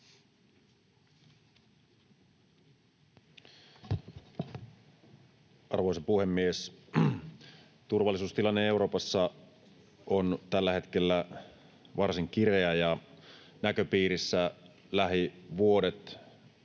Arvoisa puhemies! Turvallisuustilanne Euroopassa on tällä hetkellä varsin kireä, ja näköpiirissä lähivuodet